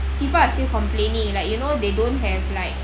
people are still complaining like you know they don't have like